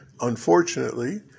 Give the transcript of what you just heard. Unfortunately